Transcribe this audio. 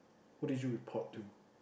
who did you report to